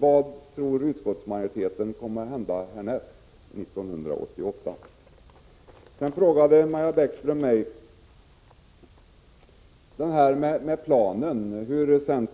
Vad tror utskottsmajoriteten kommer att hända härnäst, under 1988? Maja Bäckström frågade mig om centerns tankar beträffande en plan